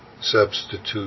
substitute